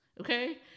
Okay